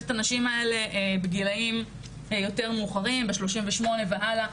את הנשים האלה בגילאים יותר מאוחרים בגילאי 38 והלאה,